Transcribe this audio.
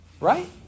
Right